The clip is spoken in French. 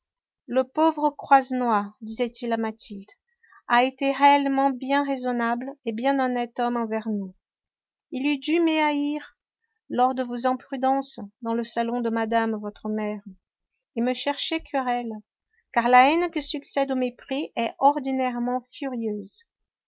le pauvre croisenois disait-il à mathilde a été réellement bien raisonnable et bien honnête homme envers nous il eût dû me haïr lors de vos imprudences dans le salon de madame votre mère et me chercher querelle car la haine qui succède au mépris est ordinairement furieuse